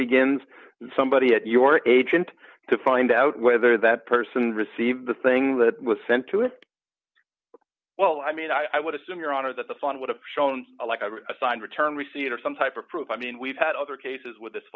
begins somebody at your agent to find out whether that person received the thing that was sent to him well i mean i would assume your honor that the fund would have shown a like i assigned return receipt or some type of proof i mean we've had other cases with this